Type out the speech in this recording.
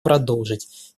продолжить